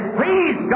please